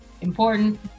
important